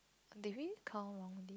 did we count wrongly